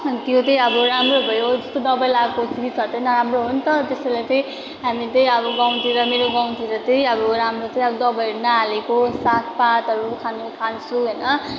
त्यो चाहिँ अब राम्रो भयो त्यस्तो दबै लगाएको जिनिसहरू चाहिँ नराम्रो हो नि त त्यस्तोलाई चाहिँ हामीले त्यही अब गाउँतिर मेरो गाउँतिर चाहिँ अब राम्रो चाहिँ अब दबाईहरू नहालेको सागपातहरू खानु खान्छु होइन